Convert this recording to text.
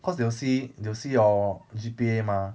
cause they will see they will see your G_P_A mah